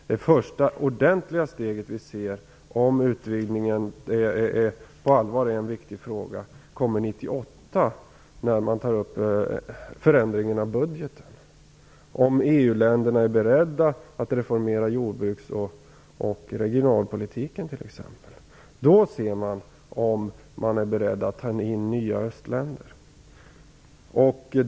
Det första ordentliga steg vi ser, om utvidgningen på allvar är en viktig fråga, kommer att tas 1998 när man tar upp frågan om förändringen av budgeten. Om t.ex. EU-länderna är beredda att reformera jordbruks och regionalpolitiken ser man om de är beredda att ta in nya östländer.